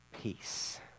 peace